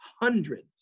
hundreds